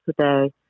today